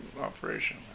operation